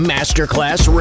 Masterclass